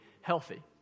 healthy